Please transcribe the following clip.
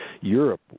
Europe